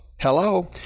Hello